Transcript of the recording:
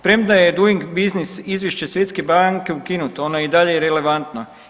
Premda je doing business izvješće Svjetske banke ukinuto ono je i dalje relevantno.